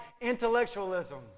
intellectualism